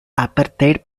apartheid